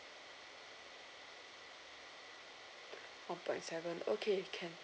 one point seven okay can